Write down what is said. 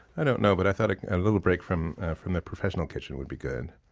i don't know, but i thought a little break from from the professional kitchen would be good.